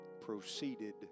Proceeded